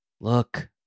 Look